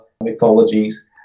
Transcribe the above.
mythologies